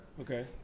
Okay